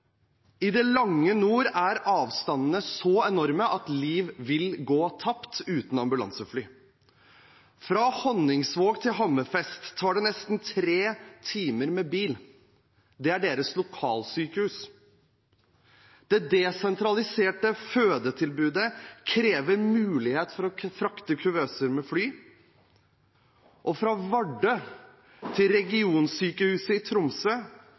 I det lange nord er avstandene så enorme at liv vil gå tapt uten ambulansefly. Fra Honningsvåg til Hammerfest tar det nesten tre timer med bil. Det er deres lokalsykehus. Det desentraliserte fødetilbudet krever mulighet for å frakte kuvøser med fly. Fra Vardø til sykehuset i Tromsø